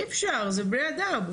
אי אפשר, זה בני אדם.